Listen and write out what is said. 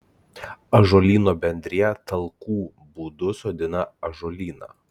ąžuolyno bendrija talkų būdu sodina ąžuolyną